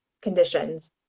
conditions